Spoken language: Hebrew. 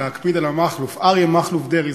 להקפיד על ה"מכלוף" אריה מכלוף דרעי.